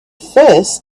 first